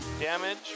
damage